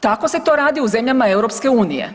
Tako se to radi u zemljama EU.